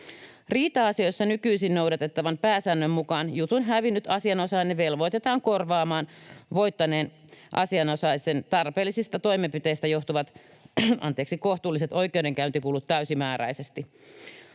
Riita-asioissa nykyisin noudatettavan pääsäännön mukaan jutun hävinnyt asianosainen velvoitetaan korvaamaan voittaneen asianosaisen tarpeellisista toimenpiteistä johtuvat kohtuulliset oikeudenkäyntikulut täysimääräisesti.